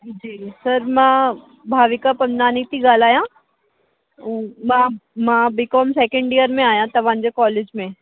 जी sir मां भाविका पंजनानी थी ॻाल्हायां मां मां बी कॉम सैकेंड ईअर में आहियां तव्हांजे कॉलेज में